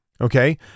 Okay